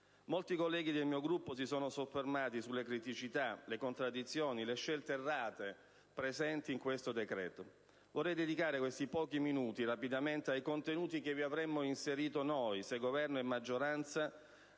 Molti colleghi del mio Gruppo si sono soffermati sulle criticità, le contraddizioni e le scelte errate presenti in questo decreto: vorrei dedicare questi pochi minuti ai contenuti che vi avremmo inserito noi, se Governo e maggioranza,